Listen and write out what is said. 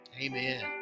Amen